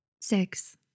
Six